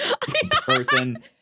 person